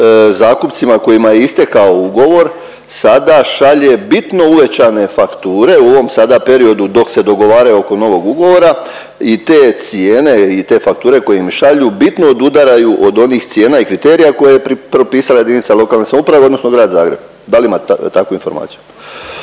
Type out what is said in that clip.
zakupcima kojima je istekao ugovor sada šalje bitno uvećane fakture u ovom sada periodu dok se dogovaraju oko novog ugovora. I te cijene i te fakture koje im šalju bitno odudaraju od onih cijena i kriterija koje je propisala jedinica lokalne samouprave odnosno grad Zagreb. Da li imate takvu informaciju?